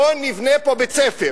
בואו נבנה פה בית-ספר,